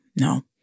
no